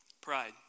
pride